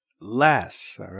less